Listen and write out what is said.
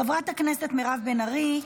חברת הכנסת מירב בן ארי,